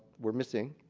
were missing.